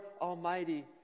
Almighty